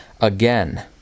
again